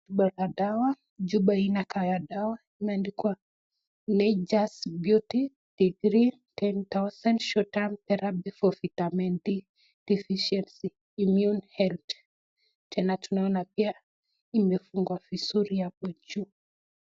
Chupa inakaa ya dawa imeandikwa nature's bounty,D3 10,000iu , vitamin D efficiency immune health , tena tunaona imefungwa vizuri uku juu.